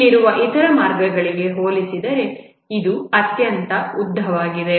ಇಲ್ಲಿರುವ ಇತರ ಮಾರ್ಗಗಳಿಗೆ ಹೋಲಿಸಿದರೆ ಇದು ಅತ್ಯಂತ ಉದ್ದವಾಗಿದೆ